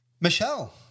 Michelle